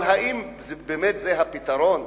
אבל האם באמת זה הפתרון?